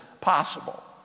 possible